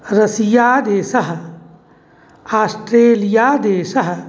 रसियादेशः आष्ट्रेलियादेशः